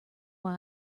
why